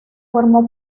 formó